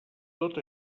tot